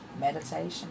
meditation